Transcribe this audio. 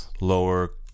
lower